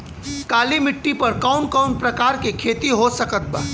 काली मिट्टी पर कौन कौन प्रकार के खेती हो सकत बा?